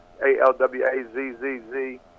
A-L-W-A-Z-Z-Z